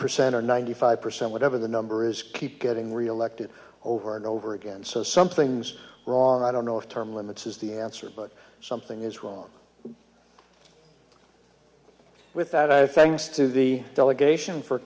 percent or ninety five percent whatever the number is keep getting reelected over and over again so something's wrong i don't know if term limits is the answer but something is wrong with that i faxed to the delegation for